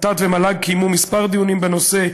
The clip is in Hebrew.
הוות"ת והמל"ג קיימו כמה דיונים בנושא,